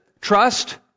Trust